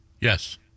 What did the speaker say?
Yes